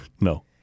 No